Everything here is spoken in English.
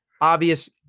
obvious